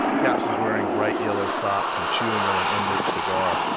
capps was wearing bright yellow socks and chewing on an unlit cigar.